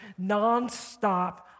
nonstop